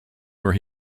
where